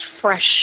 fresh